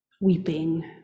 weeping